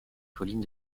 collines